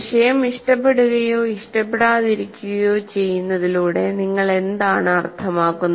വിഷയം ഇഷ്ടപ്പെടുകയോ ഇഷ്ടപ്പെടാതിരിക്കുകയോ ചെയ്യുന്നതിലൂടെ നിങ്ങൾ എന്താണ് അർത്ഥമാക്കുന്നത്